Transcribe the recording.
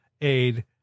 aid